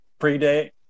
predate